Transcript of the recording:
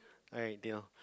alright they know